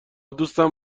دوستم